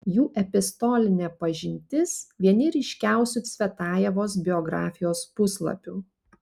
jų epistolinė pažintis vieni ryškiausių cvetajevos biografijos puslapių